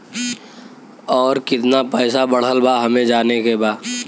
और कितना पैसा बढ़ल बा हमे जाने के बा?